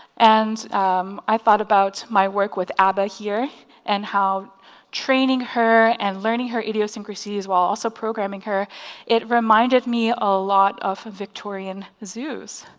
and um i thought about my work with abba here and how training her and learning her idiosyncrasies while also programming her it reminded me a lot of victorian zoos